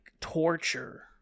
Torture